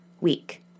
week